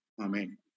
Amen